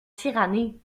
tyrannie